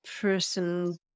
person